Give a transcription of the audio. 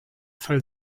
fall